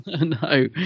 no